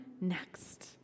next